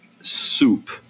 soup